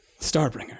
Starbringer